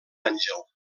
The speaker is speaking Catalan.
àngel